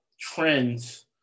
trends